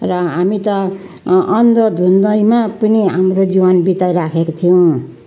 र हामी त अन्धाधुन्दैमा पनि हाम्रो जीवन बिताइरहेको थियौँ